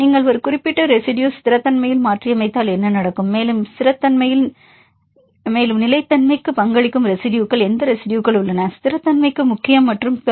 நீங்கள் ஒரு குறிப்பிட்ட ரெசிடுயு ஸ்திரத்தன்மையில் மாற்றியமைத்தால் என்ன நடக்கும் மேலும் நிலைத்தன்மைக்கு பங்களிக்கும் ரெசிடுயுகள் எந்த ரெசிடுயுகள் உள்ளன ஸ்திரத்தன்மைக்கு முக்கியம் மற்றும் பல